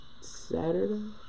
Saturday